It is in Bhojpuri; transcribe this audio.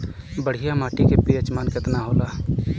बढ़िया माटी के पी.एच मान केतना होला?